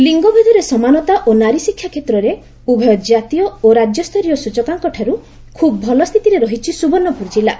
ଲିଙ୍ଗଭେଦରେ ସମାନତା ଓ ନାରୀଶିକ୍ଷା କେତ୍ରରେ ଉଭୟ ଜାତୀୟ ଓ ରାଜ୍ୟସରୀୟ ସୂଚକାଙ୍କଠାରୁ ଖୁବ୍ ଭଲ ସ୍ଥିତିରେ ରହିଛି ସୁବର୍ଶ୍ଚପୁର ଜିଲ୍ଲା